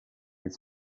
its